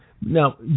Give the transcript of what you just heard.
Now